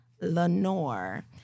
Lenore